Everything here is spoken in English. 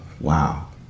Wow